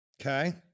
Okay